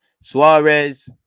Suarez